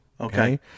Okay